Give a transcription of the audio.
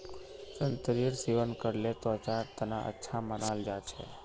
संतरेर सेवन करले त्वचार तना अच्छा मानाल जा छेक